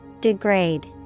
Degrade